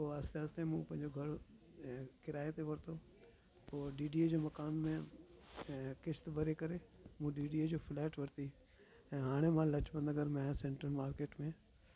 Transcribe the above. पोइ आहिस्ते आहिस्ते मूं पंहिंजो घरु किराए ते वरितो पोइ डी डी ए जो मकान में ऐं किस्त भरे करे मूं डी डी ए जो फ्लैट वरिती ऐं हाणे मां लाजपत नगर में आहियां सेंट्रल मार्केट में